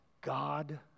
God